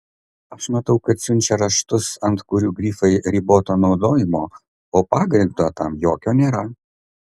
aš matau kad siunčia raštus ant kurių grifai riboto naudojimo o pagrindo tam jokio nėra